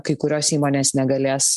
kai kurios įmonės negalės